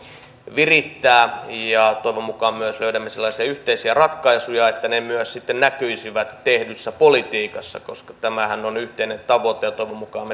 virittää ja toivon mukaan myös löydämme sellaisia yhteisiä ratkaisuja sitten myös näkyisivät tehdyssä politiikassa koska tämähän on yhteinen tavoite ja toivon mukaan